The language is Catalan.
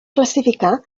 classificar